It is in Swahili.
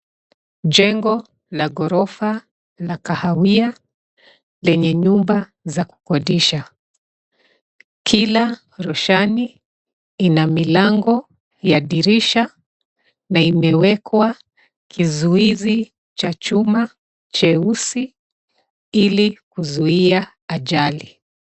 Jengo la ghorofa la kahawia lenye nyumba za kukodisha. Kila roshani ina milango ya dirisha na imewekwa kizuizi cha chuma cheusi ili kuzuia ajali.